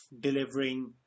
delivering